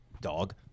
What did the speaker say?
dog